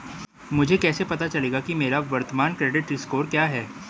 मुझे कैसे पता चलेगा कि मेरा वर्तमान क्रेडिट स्कोर क्या है?